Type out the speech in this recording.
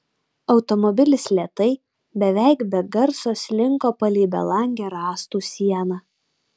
automobilis lėtai beveik be garso slinko palei belangę rąstų sieną